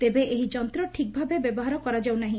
ତେବେ ଏହି ଯନ୍ତ ଠିକ୍ ଭାବେ ବ୍ୟବହାର କରାଯାଉ ନାହି